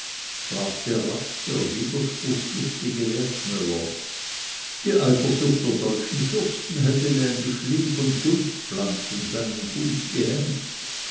fragte rasch der widerspruchslustige wertmüller die eifersucht der deutschen fürsten hätte wie ein geschling von sumpfpflanzen seinen fuß gehemmt